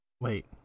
Wait